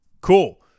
Cool